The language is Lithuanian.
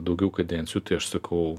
daugiau kadencijų tai aš sakau